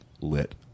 lit